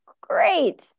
Great